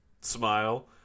smile